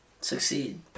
succeed